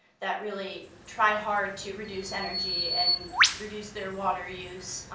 that really try hard to reduce energy and reduce their water use,